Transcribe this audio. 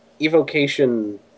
evocation